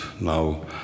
now